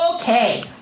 okay